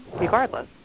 regardless